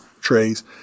trays